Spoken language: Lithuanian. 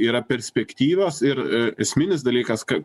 yra perspektyvios ir esminis dalykas kad